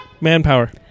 manpower